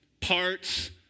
parts